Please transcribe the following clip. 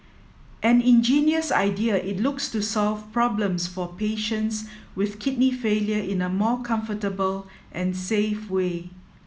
an ingenious idea it looks to solve problems for patients with kidney failure in a more comfortable and safe way